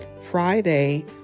Friday